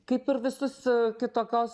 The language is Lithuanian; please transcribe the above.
kaip ir visus kitokios